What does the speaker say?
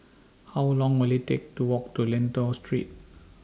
How Long Will IT Take to Walk to Lentor Street